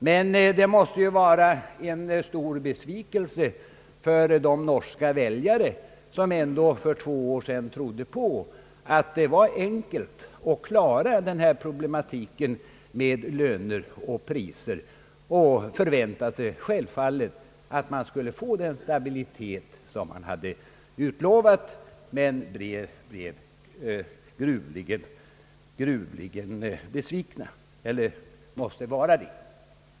Men det måste dock vara en stor besvikelse för de norska väljare som ändå för två år sedan trodde på att det var enkelt att klara problematiken med löner och priser och självfallet förväntade sig att man skulle få den stabilitet som hade utlovats. De måste vara gruvligen besvikna.